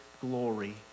glory